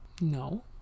No